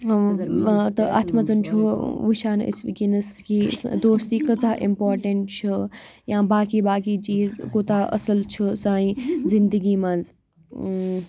نوٚو اَتھ منٛز چھُ ٲں وُچھان أسۍ ؤنکیٚنَس کہِ یُس یہِ دوستِی کۭژھاہ اِمپاٹَیٚنٛٹ چھِ یا باقٕے باقٕے چِیٖز کُوتاہ اَصٕل چھِ سانہِ زِنٛدَگِی منٛز ٲم